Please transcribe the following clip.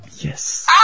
Yes